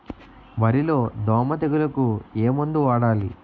వరిలో దోమ తెగులుకు ఏమందు వాడాలి?